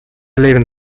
левин